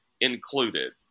included